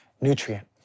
nutrient